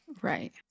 right